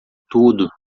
tudo